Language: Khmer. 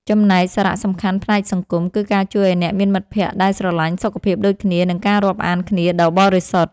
ចំណែកសារៈសំខាន់ផ្នែកសង្គម គឺការជួយឱ្យអ្នកមានមិត្តភក្តិដែលស្រឡាញ់សុខភាពដូចគ្នា និងការរាប់អានគ្នាដ៏បរិសុទ្ធ។